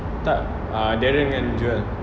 tak uh darren dengan joel